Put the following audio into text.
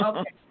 Okay